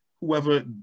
whoever